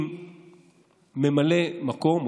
עם ממלא מקום,